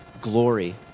glory